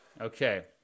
okay